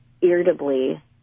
irritably